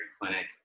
clinic